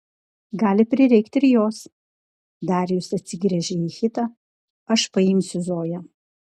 gali prireikti ir jos darijus atsigręžė į hitą aš paimsiu zoją